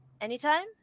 anytime